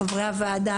חברי הוועדה,